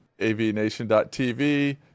avnation.tv